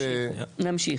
נמשיך.